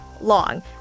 long